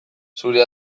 zure